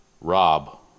rob